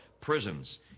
prisons